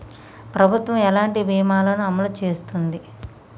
ప్రభుత్వం ఎలాంటి బీమా ల ను అమలు చేస్తుంది?